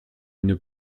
une